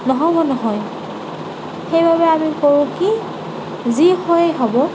নহ'ব নহয় সেইবাবে আমি কৰোঁ কি যি হয় হ'ব